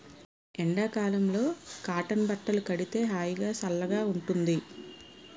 ఎండ కాలంలో కాటన్ బట్టలు కడితే హాయిగా, సల్లగా ఉంటుంది